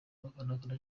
n’abahakana